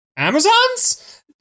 Amazon's